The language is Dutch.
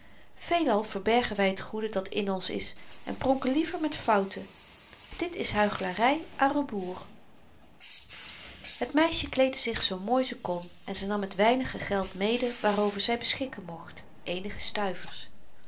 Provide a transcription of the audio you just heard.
veelal verbergen wy t goede dat in ons is en pronken liever met fouten dit is huichelary à rebours het meisje kleedde zich zoo mooi ze kon en ze nam het weinige geld mede waarover zy beschikken mocht eenige stuivers